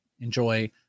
enjoy